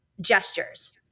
gestures